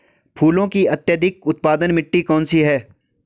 फूलों की अत्यधिक उत्पादन मिट्टी कौन सी है?